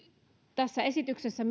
tässä esityksessä